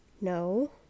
No